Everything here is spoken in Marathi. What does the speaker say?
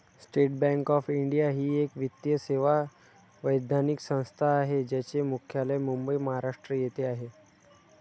स्टेट बँक ऑफ इंडिया ही एक वित्तीय सेवा वैधानिक संस्था आहे ज्याचे मुख्यालय मुंबई, महाराष्ट्र येथे आहे